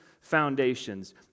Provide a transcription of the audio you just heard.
foundations